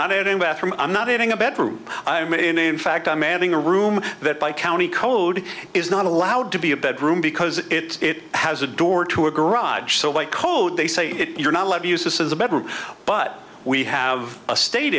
bathroom i'm not having a bedroom i mean in fact i'm adding a room that by county code is not allowed to be a bedroom because it has a door to a garage so i code they say you're not allowed to use this as a bedroom but we have a state